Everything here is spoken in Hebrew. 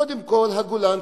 קודם כול הגולן,